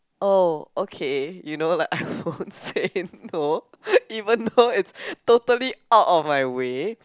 oh okay you know like I won't say no even though it's totally out of my way